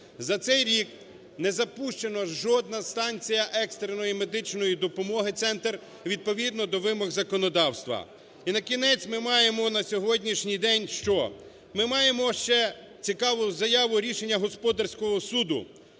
За цей рік не запущена жодна станція екстреної медичної допомоги, центр, відповідно до вимог законодавства. І накінець ми маємо на сьогоднішній день що? Ми маємо ще цікаву заяву рішення господарського суду,